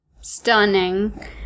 stunning